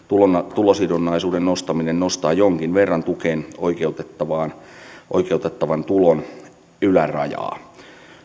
tulosidonnaisuuden nostaminen nostaa jonkin verran tukeen oikeutettavan oikeutettavan tulon ylärajaa